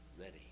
ready